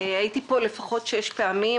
הייתי פה לפחות שש פעמים.